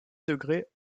degrés